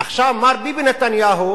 עכשיו, מר ביבי נתניהו